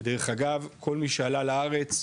דרך אגב, כל מי שעלה לארץ,